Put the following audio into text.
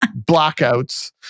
blackouts